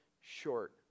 short